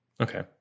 Okay